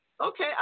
okay